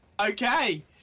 Okay